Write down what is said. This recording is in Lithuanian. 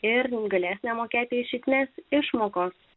ir vėl galės nemokėti išeitinės išmokos